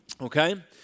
Okay